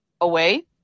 away